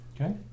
Okay